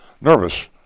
nervous